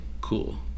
cool